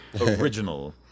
Original